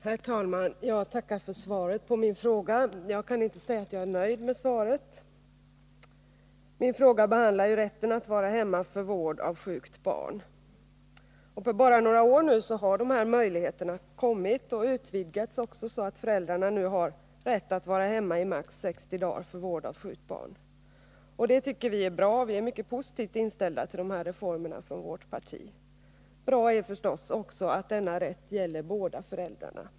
Herr talman! Jag tackar för svaret på min fråga, men jag kan inte säga att jag är nöjd med det. Min fråga behandlar rätten att vara hemma för vård av sjukt barn. På bara några år har de här möjligheterna att vara ledig införts och rätten till ledighet har också utvidgats, så att föräldrarna nu har rätt att vara hemma i maximalt 60 dagar om året för vård av sjukt barn. Det tycker vi i vårt parti är bra, och vi är mycket positivt inställda till de här formerna. Bra är förstås också att denna rätt gäller båda föräldrarna.